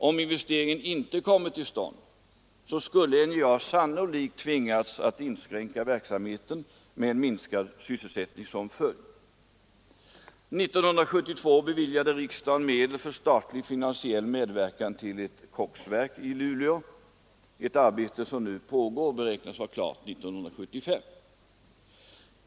Om moderniseringen inte kommit till stånd, skulle NJA sannolikt ha tvingats att inskränka verksamheten med en minskad sysselsättning som följd. År 1972 beviljade riksdagen medel för statlig finansiell medverkan till ett koksverk i Luleå, ett arbete som nu pågår och beräknas vara klart 1975.